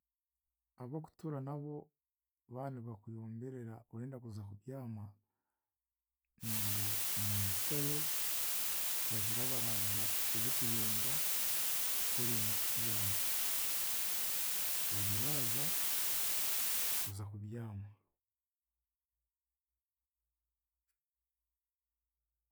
Abookutuura nabo banibakuyomberera orenda kuza kubyama, noo- noohikayo bagira baraaza ebikuyomba kworenda kubyama. Babiraaza, oza kubyama.